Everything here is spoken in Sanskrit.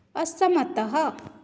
अस्समतः